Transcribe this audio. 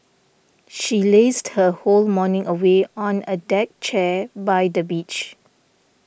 she lazed her whole morning away on a deck chair by the beach